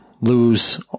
lose